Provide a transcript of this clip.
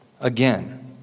Again